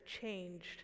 changed